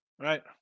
Right